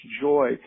joy